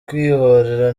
kwihorera